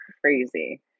crazy